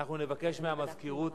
לא הגיעה